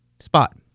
spot